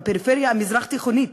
הפריפריה המזרח-תיכונית,